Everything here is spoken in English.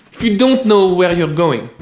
if you don't know where you're going,